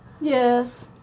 Yes